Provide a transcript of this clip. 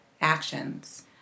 actions